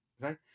right